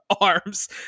arms